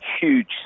huge